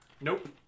Nope